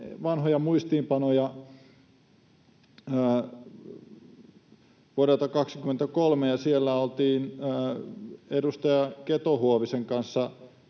vanhoja muistiinpanoja vuodelta 23, ja siellä oltiin edustaja Keto-Huovisen kanssa